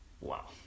Wow